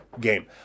game